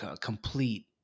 complete –